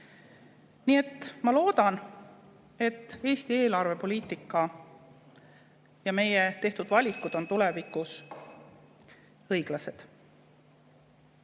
Nii et ma loodan, et Eesti eelarvepoliitika ja meie tehtud valikud on tulevikus õiglased.